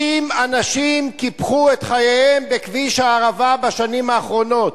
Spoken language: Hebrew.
30 אנשים קיפחו את חייהם בכביש הערבה בשנים האחרונות.